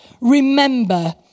remember